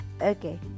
okay